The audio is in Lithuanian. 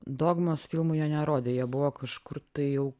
dogmos filmų jie nerodė jie buvo kažkur tai jau